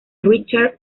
richard